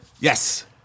yes